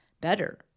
better